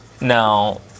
now